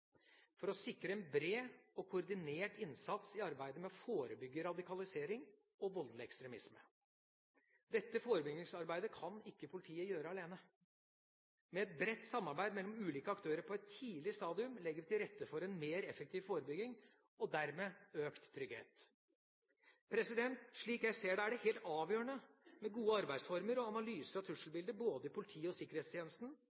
for å sikre en bred og koordinert innsats i arbeidet med å forebygge radikalisering og voldelig ekstremisme. Dette forebyggingsarbeidet kan ikke politiet gjøre alene. Med et bredt samarbeid mellom ulike aktører på et tidlig stadium legger vi til rette for en mer effektiv forebygging og dermed økt trygghet. Slik jeg ser det, er det helt avgjørende med gode arbeidsformer og analyser av